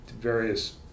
various